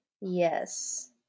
Yes